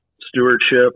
stewardship